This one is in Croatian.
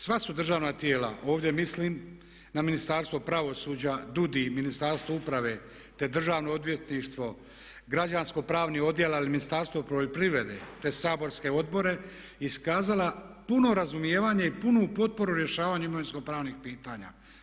Sva su državna tijela, ovdje mislim na Ministarstvo pravosuđa, DUUDI, Ministarstvo uprave te Državno odvjetništvo, Građansko-pravni odjel ali i Ministarstvo poljoprivrede te saborske odbore iskazala puno razumijevanje i punu potporu u rješavanju imovinsko-pravnih pitanja.